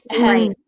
right